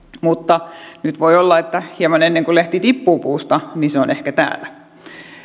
mutta nyt voi olla että hieman ennen kuin lehti tippuu puusta se on ehkä täällä